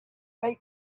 make